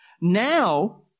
Now